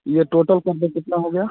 ये टोटल कर दो कितना हो गया